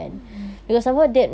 mmhmm